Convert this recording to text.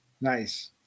Nice